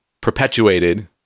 perpetuated